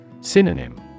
Synonym